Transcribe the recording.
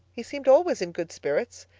he seemed always in good spirits,